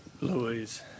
Louise